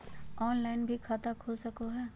Online भी खाता खूल सके हय?